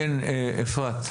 כן, אפרת.